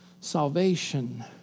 salvation